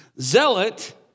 Zealot